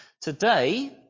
Today